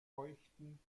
feuchten